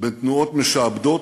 בין תנועות משעבדות,